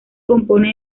compone